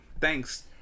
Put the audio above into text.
Thanks